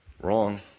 Wrong